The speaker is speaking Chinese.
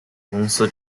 公司